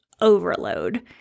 overload